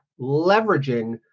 leveraging